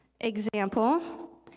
Example